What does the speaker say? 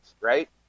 right